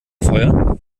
feuer